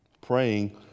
Praying